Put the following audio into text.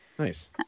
Nice